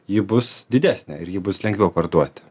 ji bus didesnė ir jį bus lengviau parduoti